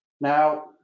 Now